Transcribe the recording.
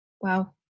Wow